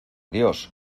dios